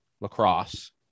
lacrosse